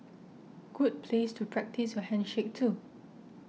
good place to practise your handshake too